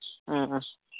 آ آ